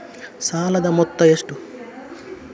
ಸಾಲದ ಮೊತ್ತ ಎಷ್ಟು?